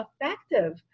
effective